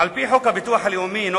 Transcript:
על-פי חוק הביטוח הלאומי ,